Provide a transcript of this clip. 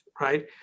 right